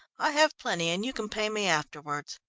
i have plenty and you can pay me afterwards.